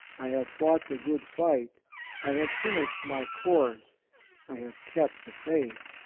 i have fought the good fight i have finished my course i have kept the faith.